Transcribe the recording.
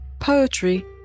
poetry